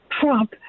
Trump